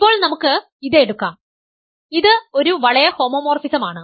ഇപ്പോൾ നമുക്ക് ഇത് എടുക്കാം ഇത് ഒരു വളയ ഹോമോമോർഫിസമാണ്